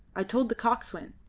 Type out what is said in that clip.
i told the coxswain.